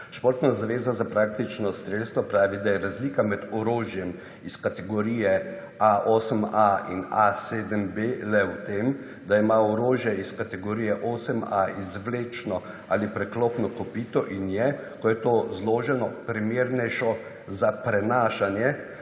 Športna zveza za praktično strelstvo pravi, da »je razlika med orožjem iz kategorije A, 8A in A7B le v tem, da ima orožje iz kategorije 8A izvlečno ali preklopno kopito in je, ko je to zloženo, primernejše za prenašanje